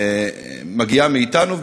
מגיעה מאתנו.